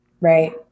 Right